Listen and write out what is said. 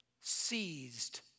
seized